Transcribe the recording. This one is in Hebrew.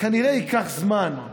הקליטה והתפוצות,